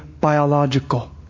biological